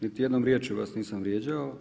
Niti jednom riječju vas nisam vrijeđao.